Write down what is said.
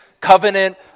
covenant